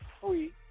free